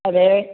അതെ